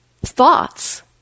thoughts